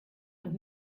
und